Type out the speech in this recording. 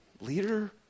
leader